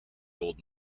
gold